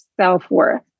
self-worth